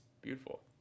beautiful